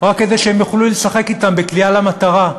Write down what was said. רק כדי שהם יוכלו לשחק אתם בקליעה למטרה,